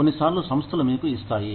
కొన్నిసార్లు సంస్థలు మీకు ఇస్తాయి